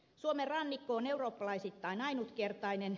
suomen rannikko on eurooppalaisittain ainutkertainen